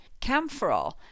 camphorol